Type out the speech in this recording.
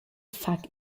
fuck